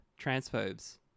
transphobes